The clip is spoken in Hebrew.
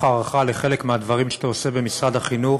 הערכה לחלק מהדברים שאתה עושה במשרד החינוך,